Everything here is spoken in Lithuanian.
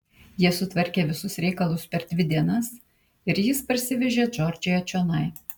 jie sutvarkė visus reikalus per dvi dienas ir jis parsivežė džordžiją čionai